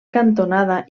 cantonada